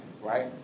right